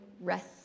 rest